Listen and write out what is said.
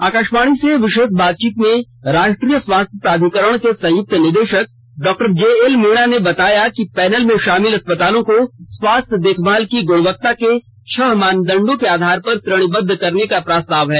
आकाशवाणी से विशेष बातचीत में राष्ट्रीय स्वास्थ्य प्राधिकरण के संयुक्त निदेशक डॉक्टर जे एल मीणा ने बताया कि पैनल में शामिल अस्पतालों को स्वास्थ्य देशभाल की गुणवत्ता के छह मानदंडों के आधार पर श्रेणीबद्ध करने का प्रस्ताव है